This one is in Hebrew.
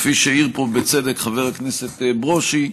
כפי שהעיר פה בצדק חבר הכנסת ברושי,